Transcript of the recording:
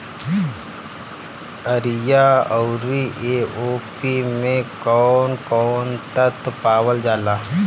Urea औरी AOP मै कौवन कौवन तत्व पावल जाला?